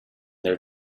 their